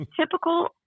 Typical